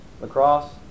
Lacrosse